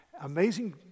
amazing